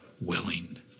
willing